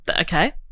Okay